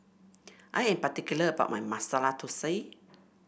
I am particular about my Masala Thosai